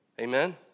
Amen